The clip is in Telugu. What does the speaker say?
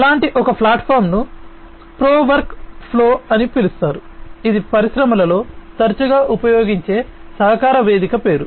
అలాంటి ఒక ప్లాట్ఫామ్ను ప్రో వర్క్ ఫ్లో అని పిలుస్తారు ఇది పరిశ్రమలలో తరచుగా ఉపయోగించే సహకార వేదిక పేరు